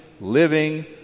living